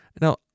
now